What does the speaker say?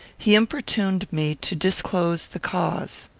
he importuned me to disclose the cause.